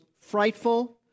frightful